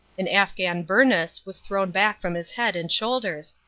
an afghan bernous was thrown back from his head and shoulders,